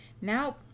Now